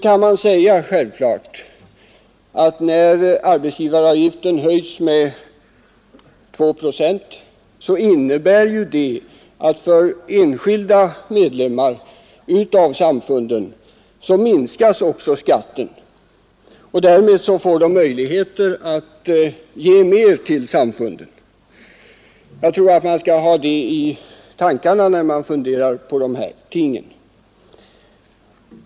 Man kan t.ex. säga, att när arbetsgivaravgiften höjs med 2 procent minskas samtidigt skatten för enskilda medlemmar, och därmed får de möjlighet att ge mer till samfunden. Jag tror att man skall ha det i tankarna, när man funderar på de här tingen.